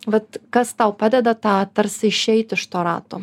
bet kas tau padeda tą tarsi išeit iš to rato